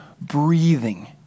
breathing